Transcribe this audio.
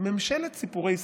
ממשלת סיפורי סבתא,